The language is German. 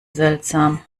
seltsam